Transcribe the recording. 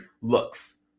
looks